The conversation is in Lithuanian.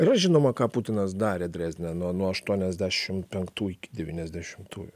yra žinoma ką putinas darė dresdene nuo nuo aštuoniasdešim penktų iki devyniasdešimtųjų